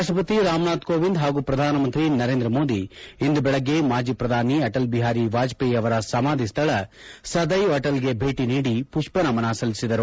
ರಾಷ್ಟಪತಿ ರಾಮನಾಥ್ ಕೋವಿಂದ್ ಹಾಗೂ ಪ್ರಧಾನಮಂತ್ರಿ ನರೇಂದ್ರಮೋದಿ ಇಂದು ಬೆಳಗ್ಗೆ ಮಾಜಿ ಪ್ರಧಾನಿ ಅಟಲ್ ಬಿಹಾರಿ ವಾಜಪೇಯಿ ಅವರ ಸಮಾಧಿ ಸ್ಲಳ ಸದ್ವೆವ್ ಅಟಲ್ ಗೆ ಭೇಟಿ ನೀಡಿ ಪುಷ್ನ ನಮನ ಸಲ್ಲಿಸಿದರು